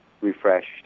Refreshed